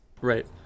Right